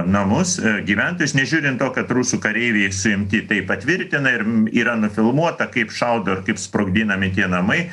namus gyventojus nežiūrint to kad rusų kareiviai suimti tai patvirtina ir yra nufilmuota kaip šaudo ir kaip sprogdinami tie namai